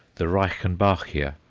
the reichenbachia,